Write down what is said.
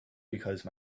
because